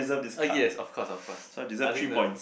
uh yes of course of course I think the